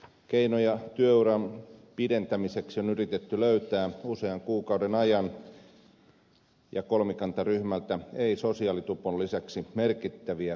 keinoja työuran pidentämiseksi on yritetty löytää usean kuukauden ajan ja kolmikantaryhmältä ei sosiaalitupon lisäksi merkittäviä uusia avauksia tullut